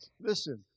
listen